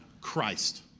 Christ